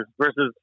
versus